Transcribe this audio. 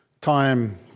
Time